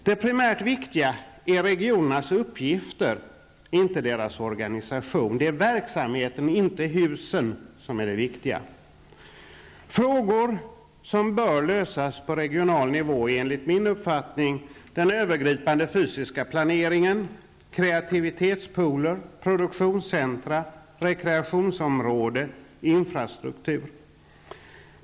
Det primärt viktiga är regionernas uppgifter -- inte deras organisation. Det är verksamheten -- inte husen -- som är det viktiga. Frågor som bör lösas på regional nivå är enligt min uppfattning den övergripande fysiska planeringen, kreativitetspooler, produktionscentra, rekreationsområden, infrastruktur.